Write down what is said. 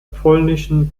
polnischen